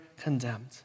condemned